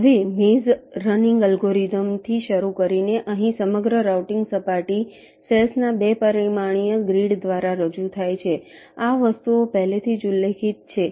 હવે maze running એલ્ગોરિધમ્સથી શરૂ કરીને અહીં સમગ્ર રાઉટીંગ સપાટી સેલ્સ ના 2 પરિમાણીય ગ્રીડ દ્વારા રજૂ થાય છે આ વસ્તુઓ પહેલેથી જ ઉલ્લેખિત છે